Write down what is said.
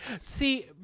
See